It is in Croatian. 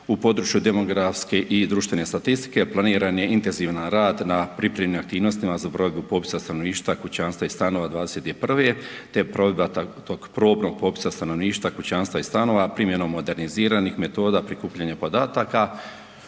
u području demografske i društvene statistike planiran je intenzivan rad na pripremnim aktivnostima za provedbu popisa stanovništva kućanstva i stanova '21. te provedba tog probnog popisa stanovništva, kućanstva i stanova primjenom moderniziranih metoda prikupljanja podataka